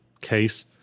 case